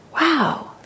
wow